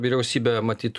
vyriausybė matyt